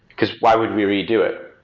because why would we redo it?